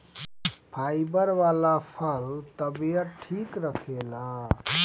fibre वाला फल तबियत ठीक रखेला